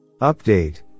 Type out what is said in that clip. Update